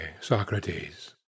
Socrates